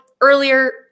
earlier